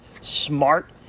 smart